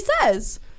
says